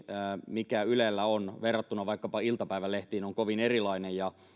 mikä ylellä on verrattuna vaikkapa iltapäivälehtiin on kovin erilainen ja